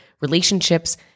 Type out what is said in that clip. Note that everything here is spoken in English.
relationships